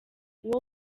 uwo